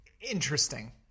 Interesting